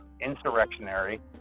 insurrectionary